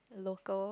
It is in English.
local